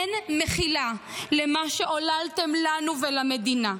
אין מחילה למה שעוללתם לנו ולמדינה.